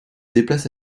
déplace